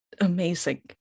amazing